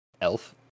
elf